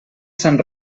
sant